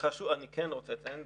אני כן רוצה לציין.